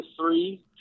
three